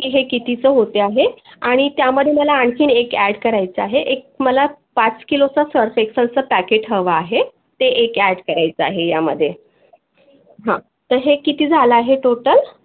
की हे कितीचं होते आहे आणि त्यामध्ये मला आणखीन एक ॲड करायचं आहे एक मला पाच किलोचा सर्फ एक्सलचं पॅकेट हवं आहे ते एक ॲड करायचं आहे यामध्ये हां तर हे किती झालं आहे टोटल